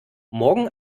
morgen